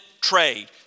trade